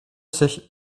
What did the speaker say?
sich